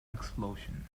explosion